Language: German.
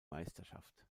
meisterschaft